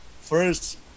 first